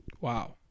Wow